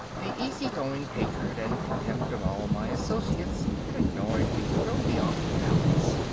the easy-going hatred and contempt of all my associates had annoyed me, thrown me off balance.